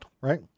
right